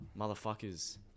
motherfuckers